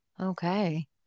Okay